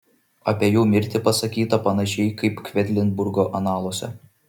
apie jo mirtį pasakyta panašiai kaip kvedlinburgo analuose